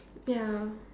ya